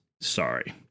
sorry